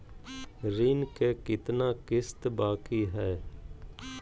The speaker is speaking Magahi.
ऋण के कितना किस्त बाकी है?